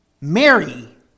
Mary